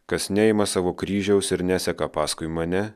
kas neima savo kryžiaus ir neseka paskui mane